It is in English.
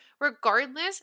Regardless